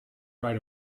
try